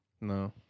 No